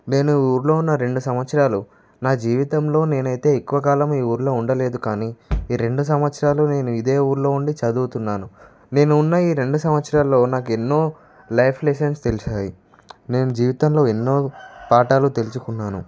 నేను ఊరిలో ఉన్న రెండు సంవత్సరాలు నా జీవితంలో నేనైతే ఎక్కువకాలం ఈఊరిలో ఉండలేదు కానీ ఈ రెండు సంవత్సరాలు నేను ఇదే ఊరిలో ఉండి చదువుతున్నాను నేను ఉన్న ఈ రెండు సంవత్సరాల్లో నాకు ఎన్నో లైఫ్ లెసన్స్ తెలిసాయి నేను జీవితంలో ఎన్నో పాఠాలు తెలుసుకున్నాను